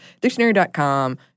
dictionary.com